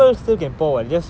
they won't put ya correct